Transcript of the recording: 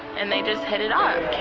and they just hit it off.